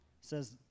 says